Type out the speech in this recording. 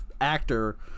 actor